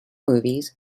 movies